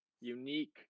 unique